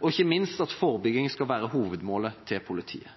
og ikke minst at forebygging skal være hovedmålet til politiet.